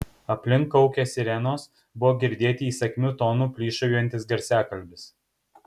aplink kaukė sirenos buvo girdėti įsakmiu tonu plyšaujantis garsiakalbis